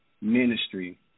Ministry